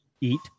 eat